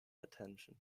attention